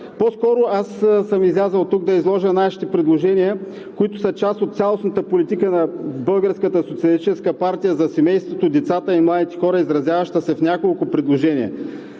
По скоро съм излязъл тук да изложа нашите предложения, които са част от цялостната политика на Българската социалистическа партия за семейството, децата и младите хора, изразяваща се в няколко предложения.